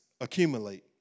accumulate